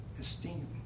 esteem